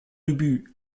ubu